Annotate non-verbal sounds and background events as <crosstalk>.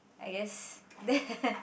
I guess that <laughs>